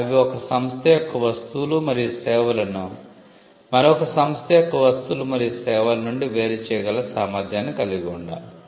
అవి ఒక సంస్థ యొక్క వస్తువులు మరియు సేవలను మరొక సంస్థ యొక్క వస్తువులు మరియు సేవల నుండి వేరు చేయగల సామర్థ్యాన్ని కలిగి ఉండాలి